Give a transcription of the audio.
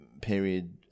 period